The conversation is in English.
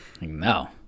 No